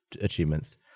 achievements